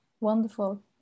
wonderful